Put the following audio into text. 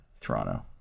Toronto